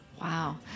Wow